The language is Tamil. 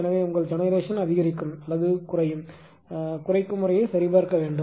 எனவே உங்கள் ஜெனெரேஷன் அதிகரிக்கும் அல்லது குறைக்கும் முறையை பார்க்க வேண்டும்